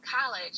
college